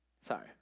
Sorry